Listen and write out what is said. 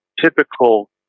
typical